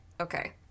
okay